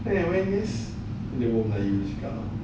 dia berbual melayu dia cakap